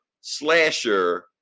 slasher